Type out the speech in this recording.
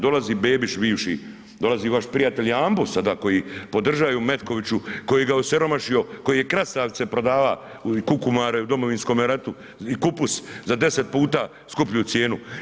Dolazi Bebić bivši, dolazi vaš prijatelj Jambo sada koji podržavaju u Metkoviću, koji ga je osiromašio, koji je krastavce prodavao, kukumare u Domovinskome ratu i kupus za 10 puta skuplju cijenu.